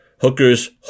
hookers